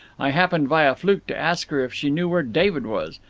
i happened, by a fluke, to ask her if she knew where david was.